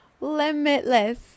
limitless